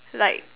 like